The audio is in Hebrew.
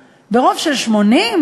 קודם כול, עלינו לשמור על שלום-הבית שלנו.